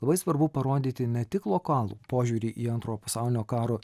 labai svarbu parodyti ne tik lokalų požiūrį į antro pasaulinio karo